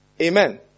amen